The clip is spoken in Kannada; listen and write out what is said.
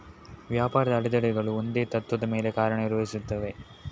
ವ್ಯಾಪಾರದ ಅಡೆತಡೆಗಳು ಒಂದೇ ತತ್ತ್ವದ ಮೇಲೆ ಕಾರ್ಯ ನಿರ್ವಹಿಸುತ್ತವೆ